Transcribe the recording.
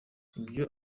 ibyo